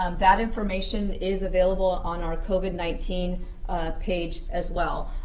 um that information is available on our covid nineteen page as well.